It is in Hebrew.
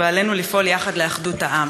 ועלינו לפעול יחד לאחדות העם.